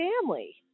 family